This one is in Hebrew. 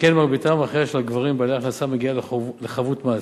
שכן מרביתם המכריעה של הגברים בעלי ההכנסה מגיעה לחבות מס,